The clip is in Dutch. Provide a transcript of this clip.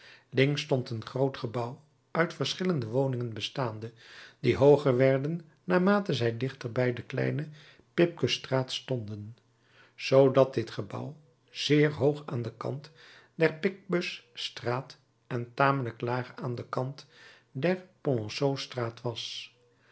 links stond een groot gebouw uit verschillende woningen bestaande die hooger werden naarmate zij dichter bij de kleine picpusstraat stonden zoodat dit gebouw zeer hoog aan den kant der picpus straat en tamelijk laag aan den kant der polonceau straat was